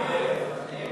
הצעת